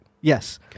Yes